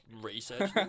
Research